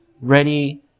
ready